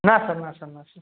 ના સર ના સર ના સર